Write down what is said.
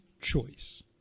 choice